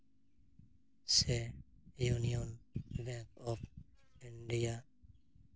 ᱥᱮ union bank of India